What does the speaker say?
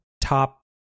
top